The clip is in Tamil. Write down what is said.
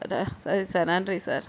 ரா சரி சார் நன்றி சார்